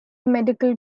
medical